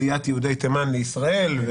עליית יהודי תימן לישראל,